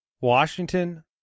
Washington